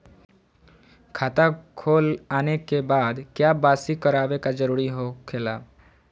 खाता खोल आने के बाद क्या बासी करावे का जरूरी हो खेला?